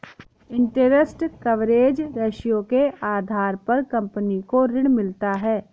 interest coverage ratio के आधार पर कंपनी को ऋण मिलता है